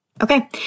Okay